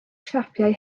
siapau